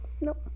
Nope